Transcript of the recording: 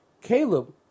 Caleb